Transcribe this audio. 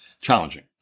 challenging